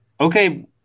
okay